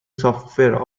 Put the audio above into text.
software